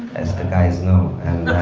as the guys know